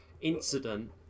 incident